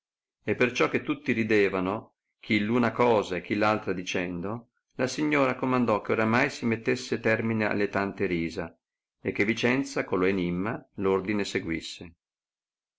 e perciò che tutti ridevano chi una cosa e chi altra dicendo la signora comandò che oramai si mettesse termine alle tante risa e che vicenza con lo enimma ordine seguisse